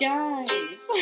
Guys